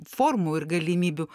formų ir galimybių